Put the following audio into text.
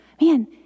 man